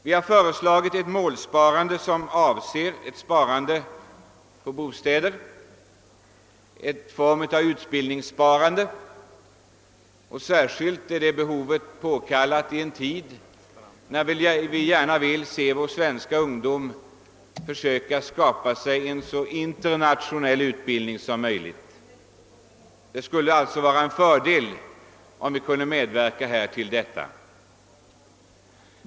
Vi har föreslagit ett målsparande som avser ett sparande för bostäder och en form av utbildningssparande, vilket särskilt är påkallat i en tid, när alla gärna ser att vår svenska ungdom försöker skaffa sig en så internationell utbildning som möjligt. Det skulle vara en fördel, om vi på detta sätt kunde medverka därtill.